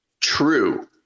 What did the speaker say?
true